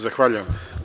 Zahvaljujem.